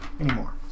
anymore